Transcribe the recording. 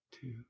two